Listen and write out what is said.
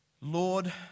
Lord